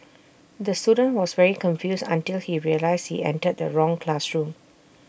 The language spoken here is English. the student was very confused until he realised he entered the wrong classroom